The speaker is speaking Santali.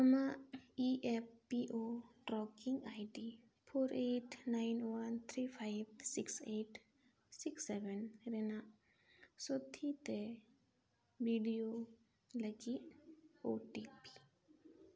ᱟᱢᱟᱜ E F P O tracking ᱟᱭ ᱰᱤ four eight nine one three five six eight six seven ᱨᱮ ᱨᱮᱱᱟᱜ ᱥᱚᱛᱷᱤ ᱛᱮ ᱵᱷᱤᱰᱤᱭᱳ ᱞᱟᱹᱜᱤᱫ ᱳ ᱴᱤ ᱯᱤ